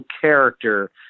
character